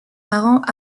parent